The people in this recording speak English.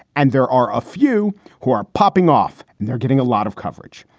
and there are a few who are popping off and they're getting a lot of coverage.